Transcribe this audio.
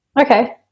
Okay